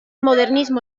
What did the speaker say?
modernismo